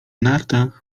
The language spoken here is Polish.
nartach